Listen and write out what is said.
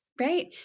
right